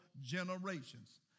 generations